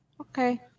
Okay